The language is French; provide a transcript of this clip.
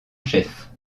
chef